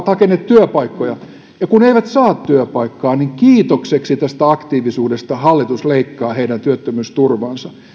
hakeneet työpaikkoja ja kun eivät saa työpaikkaa niin kiitokseksi tästä aktiivisuudesta hallitus leikkaa heidän työttömyysturvaansa